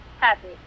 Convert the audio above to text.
Happy